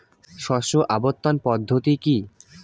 শস্য আবর্তন পদ্ধতি কি?